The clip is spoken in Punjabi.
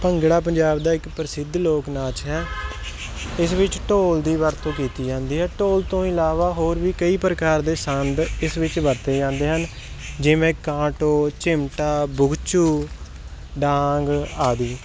ਭੰਗੜਾ ਪੰਜਾਬ ਦਾ ਇੱਕ ਪ੍ਰਸਿੱਧ ਲੋਕ ਨਾਚ ਹੈ ਇਸ ਵਿੱਚ ਢੋਲ ਦੀ ਵਰਤੋਂ ਕੀਤੀ ਜਾਂਦੀ ਹੈ ਢੋਲ ਤੋਂ ਇਲਾਵਾ ਹੋਰ ਵੀ ਕਈ ਪ੍ਰਕਾਰ ਦੇ ਸੰਦ ਇਸ ਵਿੱਚ ਵਰਤੇ ਜਾਂਦੇ ਹਨ ਜਿਵੇਂ ਕਾਟੋ ਚਿਮਟਾ ਬੁਗਚੂ ਡਾਂਗ ਆਦਿ